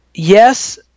Yes